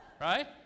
Right